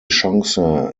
chance